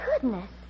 Goodness